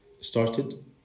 started